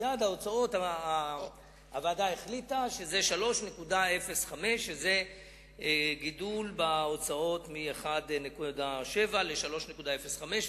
הוועדה החליטה שזה 3.05%. זה גידול בהוצאות מ-1.7% ל-3.05%.